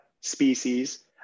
species